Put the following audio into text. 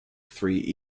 three